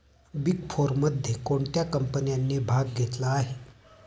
Big फोरमध्ये कोणत्या कंपन्यांनी भाग घेतला आहे?